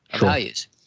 values